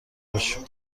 باشیم